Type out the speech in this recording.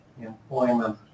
employment